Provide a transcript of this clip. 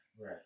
Right